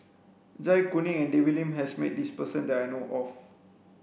Zai Kuning and David Lim has met this person that I know of